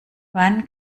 wann